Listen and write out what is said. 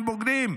הם בוגדים,